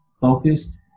focused